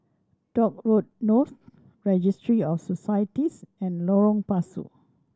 Dock Road North Registry of Societies and Lorong Pasu